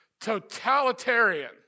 totalitarian